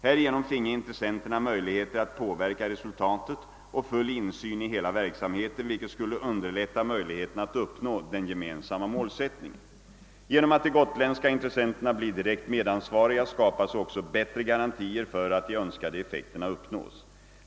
Härigenom finge intressenterna möjligheter att påverka resultatet och full insyn i hela verksamheten, vilket skulle underlätta möjligheterna att uppnå den gemensamma målsättningen. Genom att de gotländska intressenterna blir direkt medansvariga, skapas också bättre garantier för att de önskade effekterna uppnås.